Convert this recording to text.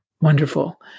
Wonderful